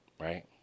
right